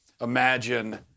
imagine